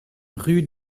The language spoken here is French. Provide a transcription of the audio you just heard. rue